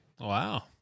Wow